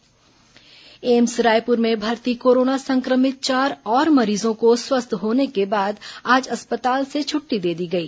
corona मरीज स्वस्थ AIIMS Raipur में भर्ती कोरोना संक्रमित चार और मरीजों को स्वस्थ होने के बाद आज अस्पताल से छुट्टी दे दी गई